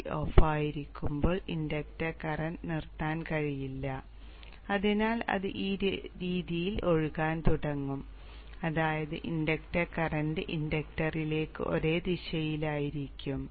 BJT ഓഫായിരിക്കുമ്പോൾ inductor current നിർത്താൻ കഴിയില്ല അതിനാൽ അത് ഈ രീതിയിൽ ഒഴുകാൻ തുടങ്ങും അതായത് ഇൻഡക്ടർ കറന്റ് ഇൻഡക്ടറിലേക്ക് ഒരേ ദിശയിലായിരിക്കും